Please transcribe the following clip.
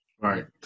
Right